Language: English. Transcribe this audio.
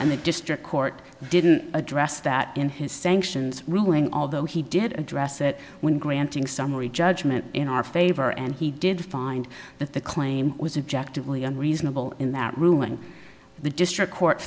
and the district court didn't address that in his sanctions ruling although he did address it when granting summary judgment in our favor and he did find that the claim was objective only unreasonable in that room and the district court